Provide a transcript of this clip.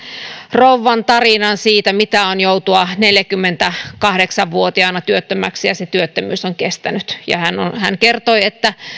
rouvan tarinan siitä mitä on joutua neljäkymmentäkahdeksan vuotiaana työttömäksi ja se työttömyys on kestänyt hän kertoi että